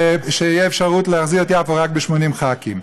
שתהיה אפשרות להחזיר את יפו רק ב-80 ח"כים.